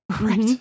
Right